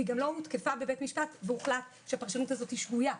היא גם לא הותקפה בבית משפט והוחלט שהפרשנות הזאת שגויה.